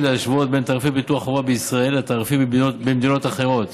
להשוות בין תעריפי ביטוח החובה בישראל לתעריפים במדינות אחרות,